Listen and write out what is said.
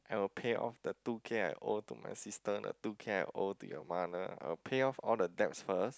I will pay off the two K I owe to my sister the two K I owe to your mother I will pay off all the debts first